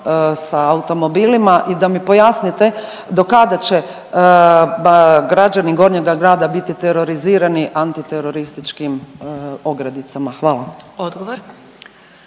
sa automobilima i da mi pojasnite do kada će građani Gornjega Grada biti terorizirani antiterorističkim ogradicama? Hvala.